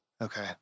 Okay